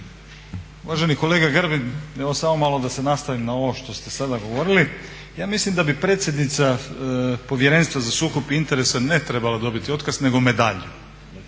Uvaženi kolega Grbin, evo samo malo da se nastavim na ovo što ste sada govorili, ja mislim da bi predsjednica Povjerenstva za sukob interesa ne trebala dobiti otkaz nego medalju,